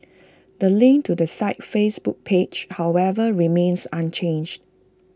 the link to the site's Facebook page however remains unchanged